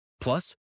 Plus